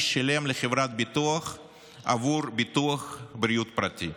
שילם לחברת ביטוח בעבור ביטוח בריאות פרטי.